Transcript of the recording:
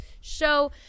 show